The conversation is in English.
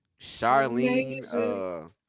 Charlene